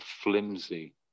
flimsy